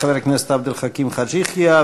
חבר הכנסת עבד אל חכים חאג' יחיא,